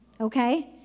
Okay